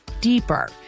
deeper